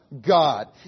God